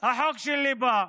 החוק שלי בא.